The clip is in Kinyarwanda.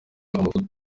amafuti